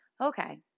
Okay